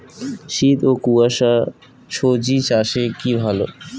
শীত ও কুয়াশা স্বজি চাষে কি ভালো?